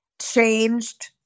changed